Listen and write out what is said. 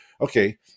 okay